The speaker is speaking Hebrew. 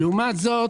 לעומת זאת